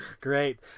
great